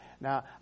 now